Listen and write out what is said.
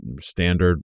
standard